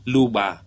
Luba